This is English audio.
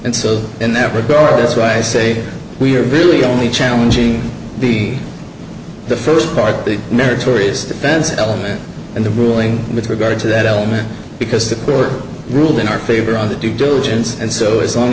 and so in that regard is why i say we are really only challenging the the first part the meritorious defense element and the ruling with regard to that element because the court ruled in our favor on the due diligence and so as long